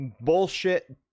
Bullshit